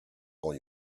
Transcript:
all